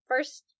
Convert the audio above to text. First